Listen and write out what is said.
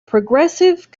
progressive